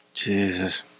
jesus